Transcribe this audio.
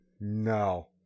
No